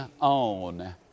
on